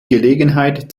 gelegenheit